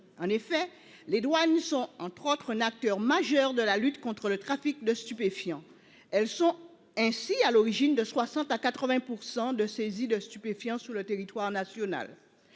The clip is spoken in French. En effet, les douanes sont entre autres un acteur majeur de la lutte contre le trafic de stupéfiants. Elles sont ainsi à l'origine de 60 à 80% de saisie de stupéfiants sur le territoire national.